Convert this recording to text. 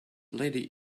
lady